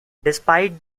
despite